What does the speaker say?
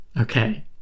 Okay